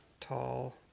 tall